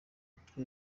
amatwi